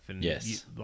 Yes